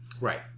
Right